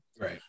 Right